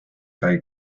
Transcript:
sai